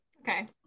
Okay